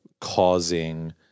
causing